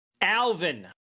Alvin